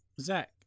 Zach